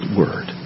word